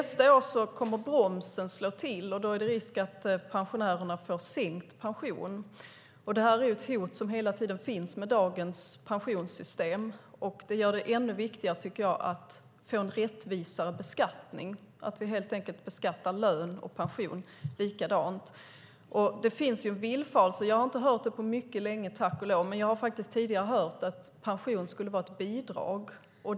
Nästa år kommer bromsen att slå till, och då är det risk att pensionärerna får sänkt pension. Det är ett hot som hela tiden finns med dagens pensionssystem. Det gör det ännu viktigare att få en rättvisare beskattning, att vi beskattar lön och pension likadant. Det finns en villfarelse som jag inte hört på mycket länge tack och lov, men jag har tidigare hört att pension skulle vara ett bidrag.